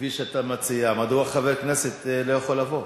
כפי שאתה מציע, מדוע חבר כנסת לא יכול לבוא?